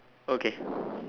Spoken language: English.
okay